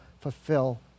fulfill